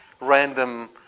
random